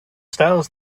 styles